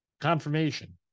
Confirmation